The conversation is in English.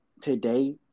today